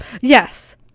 Yes